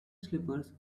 slippers